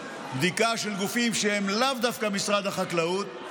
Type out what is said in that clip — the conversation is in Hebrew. בדיקה של גופים שהם לאו דווקא משרד החקלאות.